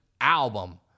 album